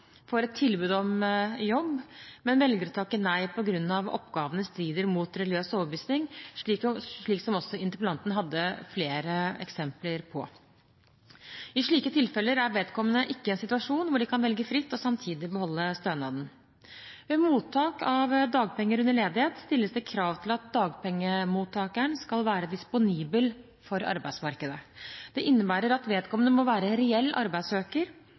får et tilbud om jobb, men velger å takke nei på grunn av at oppgavene strider mot religiøs overbevisning, slik som også interpellanten hadde flere eksempler på. I slike tilfeller er vedkommende ikke i en situasjon hvor de kan velge fritt og samtidig beholde stønaden. Ved mottak av dagpenger under ledighet stilles det krav til at dagpengemottakeren skal være disponibel for arbeidsmarkedet. Det innebærer at vedkommende må være reell arbeidssøker,